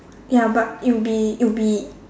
ya but it will be it will be